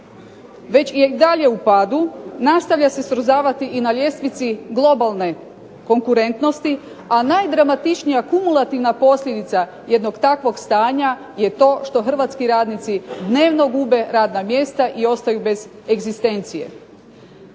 je i dalje u padu, nastavlja se srozavati i na ljestvici globalne konkurentnosti, a najdramatičnija kumulativna posljedica jednog takvog stanja je to što hrvatski radnici dnevno gube radna mjesta i ostaju bez egzistencije.